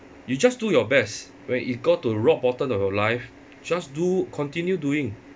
you just do your best when it got to rock bottom of your life just do continue doing